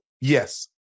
Yes